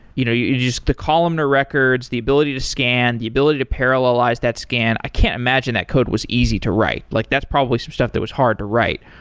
you know yeah just the columnar records, the ability to scan, the ability to parallelize that scan. i can't imagine that code was easy to write. like that's probably some stuff that was hard to write.